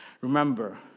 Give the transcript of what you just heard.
remember